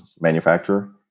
manufacturer